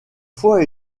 fois